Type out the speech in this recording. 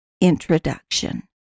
Introduction